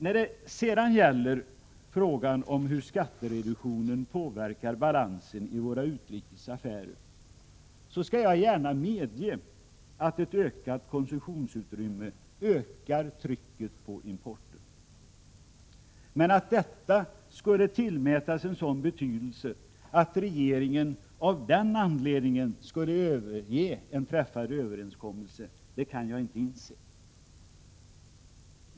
När det sedan gäller frågan hur skattereduktionen påverkar balansen i våra utrikesaffärer skall jag gärna medge att ett ökat konsumtionsutrymme ökar trycket på importen. Men att detta skulle tillmätas en sådan betydelse att regeringen av den anledningen skulle överge en träffad överenskommelse kan jag inte inse.